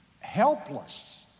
helpless